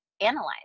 analyze